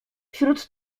wśród